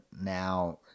now